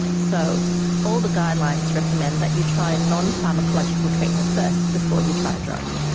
so all the guidelines recommend that you try nonpharmacological treatment first before you try a drug.